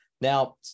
Now